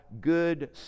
good